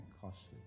costly